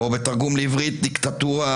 ובתרגום לעברית: דיקטטורה